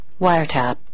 wiretap